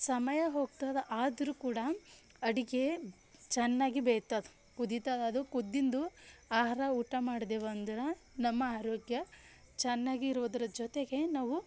ಸಮಯ ಹೋಗ್ತದೆ ಆದರೂ ಕೂಡ ಅಡಿಗೆ ಚೆನ್ನಾಗಿ ಬೇಯ್ತದೆ ಕುದಿತದೆ ಅದು ಕುದ್ದಿನ್ದು ಆಹಾರ ಊಟ ಮಾಡ್ದೇವ ಅಂದ್ರೆ ನಮ್ಮ ಆರೋಗ್ಯ ಚೆನ್ನಾಗಿ ಇರೋದ್ರ ಜೊತೆಗೆ ನಾವು